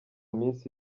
minsi